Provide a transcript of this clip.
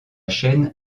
chaîne